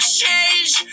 change